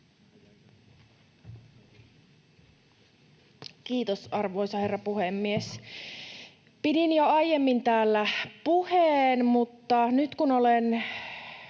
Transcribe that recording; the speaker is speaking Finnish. Kiitos, arvoisa herra puhemies! Pidin jo aiemmin täällä puheen, mutta nyt kun olen